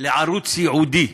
לערוץ ייעודי.